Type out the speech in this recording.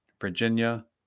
Virginia